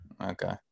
okay